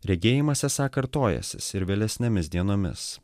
regėjimas esą kartojasis ir vėlesnėmis dienomis